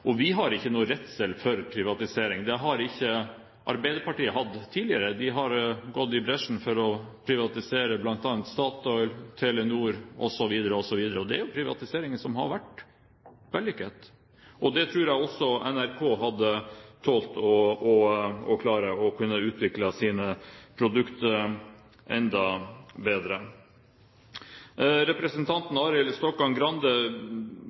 konkurrenter. Vi har ikke noen redsel for privatisering. Det har heller ikke Arbeiderpartiet hatt tidligere. De har gått i bresjen for å privatisere bl.a. Statoil, Telenor, osv., osv., og det er jo privatisering som har vært vellykket. Det tror jeg også NRK hadde tålt, og de hadde kunnet utvikle sine produkter enda bedre.